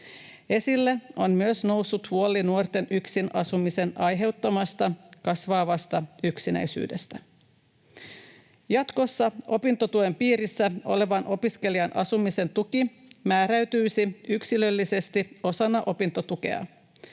Esille on myös noussut huoli nuorten yksin asumisen aiheuttamasta kasvavasta yksinäisyydestä. Jatkossa opintotuen piirissä olevan opiskelijan asumisen tuki määräytyisi yksilöllisesti osana opintotukea.